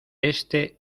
este